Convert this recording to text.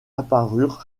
apparurent